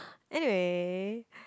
anyway